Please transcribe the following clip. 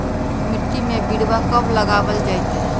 मिट्टी में बिरवा कब लगवल जयतई?